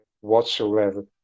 whatsoever